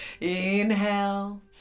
inhale